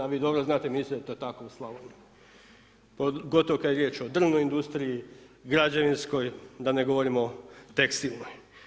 Vi dobro znate, mislim da je to tako u Slavoniji, pogotovo kada je riječ o drvnoj industriji, građevinskoj, da ne govorimo tekstilnoj.